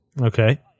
Okay